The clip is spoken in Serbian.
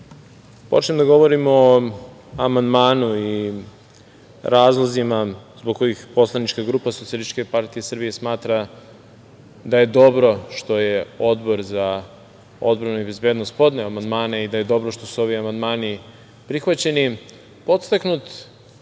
počnem da govorim o amandmanu i razlozima, zbog kojih poslanička grupa SPS, smatra da je dobro što je Odbor za bezbednost podneo amandmane, i da je dobro što su ovi amandmani prihvaćeni,